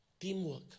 Teamwork